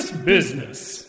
business